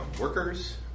workers